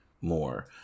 more